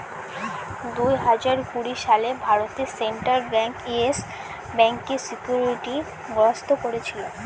দুই হাজার কুড়ি সালে ভারতে সেন্ট্রাল ব্যাঙ্ক ইয়েস ব্যাঙ্কে সিকিউরিটি গ্রস্ত করেছিল